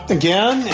again